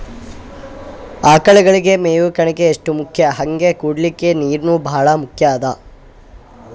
ಆಕಳಗಳಿಗ್ ಮೇವ್ ಕಣಕಿ ಎಷ್ಟ್ ಮುಖ್ಯ ಹಂಗೆ ಕುಡ್ಲಿಕ್ ನೀರ್ನೂ ಭಾಳ್ ಮುಖ್ಯ ಅದಾ